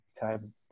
time